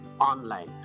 online